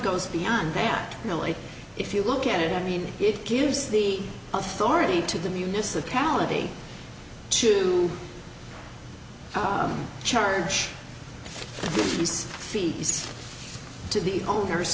goes beyond that really if you look at it i mean it gives the authority to the municipality to charge its fees to the owners